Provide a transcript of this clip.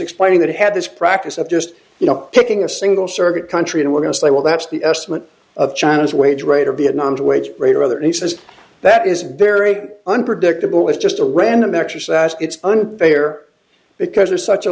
explaining that it had this practice of just you know picking a single circuit country and we're going to say well that's the estimate of china's wage rate or vietnam to wage rate or other and he says that is very unpredictable it's just a random exercise it's unfair because there's such a